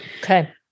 Okay